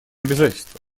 обязательство